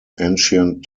ancient